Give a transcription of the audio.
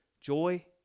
Joy